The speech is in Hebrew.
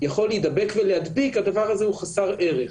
יכול להידבק ולהדביק הדבר הזה הוא חסר ערך.